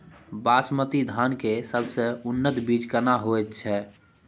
बासमती धान के सबसे उन्नत बीज केना होयत छै?